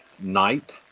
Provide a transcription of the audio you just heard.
night